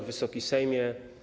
Wysoki Sejmie!